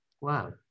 Wow